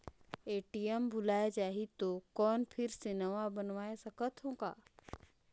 ATM भुलाये जाही तो कौन फिर से नवा बनवाय सकत हो का?